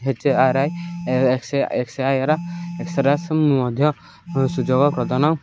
HRI ଏକ୍ସ ଏକ୍ସଆଇର ଏକ୍ସରା ମଧ୍ୟ ସୁଯୋଗ ପ୍ରଦାନ